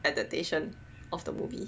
adapation of the movie